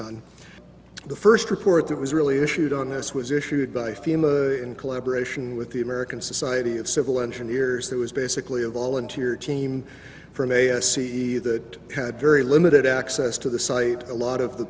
done the first report that was really issued on this was issued by fema in collaboration with the american society of civil engineers that was basically a volunteer team from a c e that had very limited access to the site a lot of the